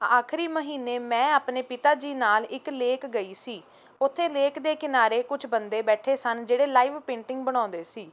ਆਖਰੀ ਮਹੀਨੇ ਮੈਂ ਆਪਣੇ ਪਿਤਾ ਜੀ ਨਾਲ ਇੱਕ ਲੇਕ ਗਈ ਸੀ ਉੱਥੇ ਲੇਕ ਦੇ ਕਿਨਾਰੇ ਕੁਛ ਬੰਦੇ ਬੈਠੇ ਸਨ ਜਿਹੜੇ ਲਾਈਵ ਪੇਂਟਿੰਗ ਬਣਾਉਂਦੇ ਸੀ